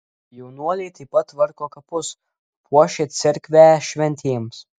jaunuoliai taip pat tvarko kapus puošia cerkvę šventėms